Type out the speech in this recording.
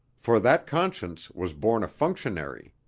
for that conscience was born a functionary.